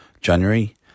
January